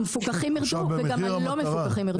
המפוקחים ירדו וגם הלא מפוקחים ירדו.